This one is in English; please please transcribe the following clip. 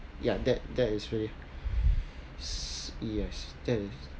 ya that that is really s~ yes that